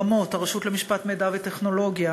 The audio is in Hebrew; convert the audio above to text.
רמו"ט, הרשות למשפט, טכנולוגיה